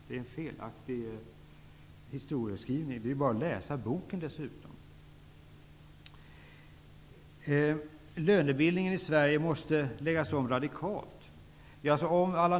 Det är en felaktig historieskrivning. Det är bara att läsa boken dessutom. Lönebildningen i Sverige måste läggas om radikalt.